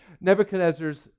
Nebuchadnezzar's